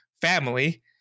family